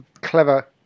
Clever